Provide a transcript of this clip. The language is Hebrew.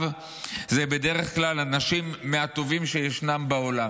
הם בדרך כלל אנשים מהטובים שישנם בעולם,